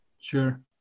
Sure